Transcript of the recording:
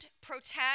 protect